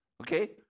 Okay